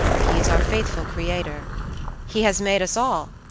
he is our faithful creator he has made us all,